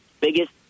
biggest